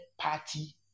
party